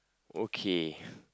okay